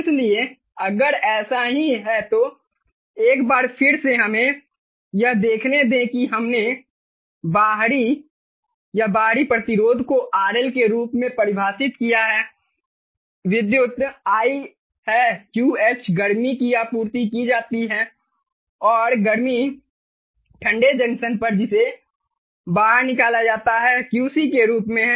इसलिए अगर ऐसा ही है तो एक बार फिर से हमें यह देखने दें कि हमने बाहरी या बाहरी प्रतिरोध को RL के रूप में परिभाषित किया है विद्युत I है QH गर्मी कि आपूर्ति की जाती हैं और गर्मी ठंडे जंक्शन पर जिसे बाहर निकाला जाता है QC के रूप में है